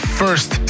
first